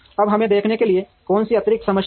अब हमें देखने के लिए कौन सी अतिरिक्त समस्याएं हैं